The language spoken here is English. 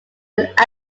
act